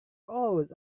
always